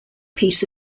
piece